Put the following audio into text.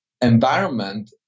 environment